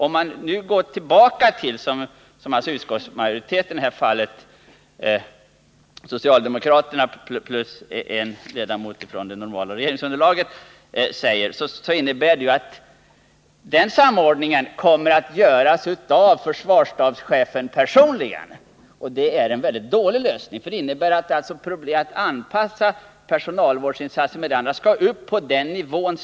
Om man nu gör som utskottsmajoriteten — dvs. i det här fallet socialdemokraterna plus en ledamot från det normala regeringsunderlaget —- säger. innebär det att samordningen kommer att skötas av stabschefen personligen. Det är en dålig lösning, eftersom det innebär att problem som gäller anpassnin tas upp på den nivån.